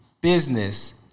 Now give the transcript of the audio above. business